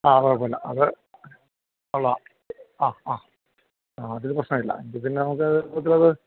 ആ കുഴപ്പമില്ല അത് കൊള്ളാം ആ ആ അതൊരു പ്രശ്നമില്ല ഇത് നമുക്ക്